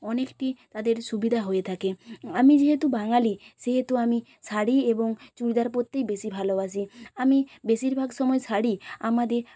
অনেকটি তাদের সুবিধা হয়ে থাকে আমি যেহেতু বাঙালি সেহেতু আমি শাড়ি এবং চুড়িদার পরতেই বেশি ভালোবাসি আমি বেশিরভাগ সময় শাড়ি আমাদের